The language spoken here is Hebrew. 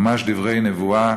ממש דברי נבואה,